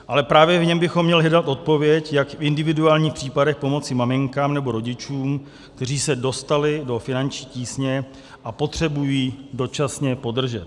Ale právě v něm bychom měli hledat odpověď, jak v individuálních případech pomoci maminkám nebo rodičům, kteří se dostali do finanční tísně a potřebují dočasně podržet.